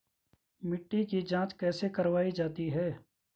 मिट्टी की जाँच कैसे करवायी जाती है?